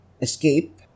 escape